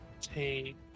take